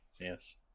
Yes